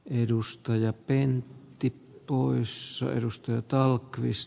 edustaja pentti boyssa edusti ottaa chris